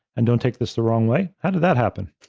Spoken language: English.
and don't take this the wrong way, how did that happen?